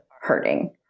hurting